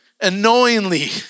Annoyingly